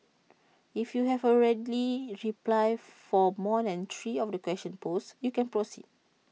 if you have A ready reply for more than three of the questions posed you can proceed